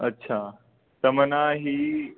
अच्छा त मन हीअ